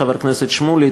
חבר הכנסת שמולי,